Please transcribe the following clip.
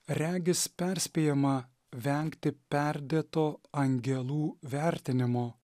regis perspėjama vengti perdėto angelų vertinimo